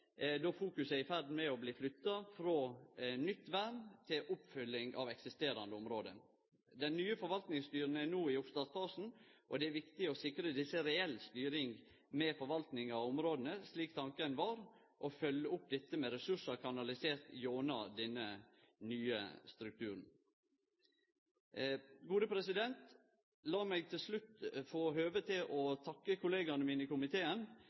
då fokuset er i ferd med å bli flytta frå nytt vern til oppfølging av eksisterande område. Dei nye forvaltingsstyra er no i oppstartfasen, og det er viktig å sikre desse reell styring med forvaltinga av områda, slik tanken var, og følgje opp dette med ressursar kanaliserte gjennom denne nye strukturen. Lat meg til slutt få høve til å takke kollegaene mine i komiteen